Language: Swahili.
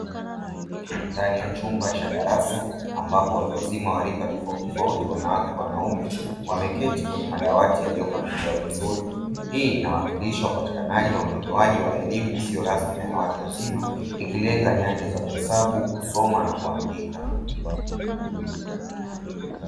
Ndani ya chumba cha darasa ambapo watuwazima warika tofauti tofauti wanawake kwa wanaume wameketi kwenye madawati yaliyo pangiliwa vizuri, Hii inawakilisha upatikanaji na utolewaji wa elimu isiyo rasmi na yawatu wazima ikilenga nyanja zaa kuhesabu, kusoma na kuandika.